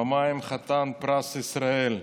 פעמיים חתן פרס ישראל,